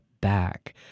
back